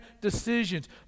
decisions